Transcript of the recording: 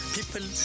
People